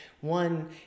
one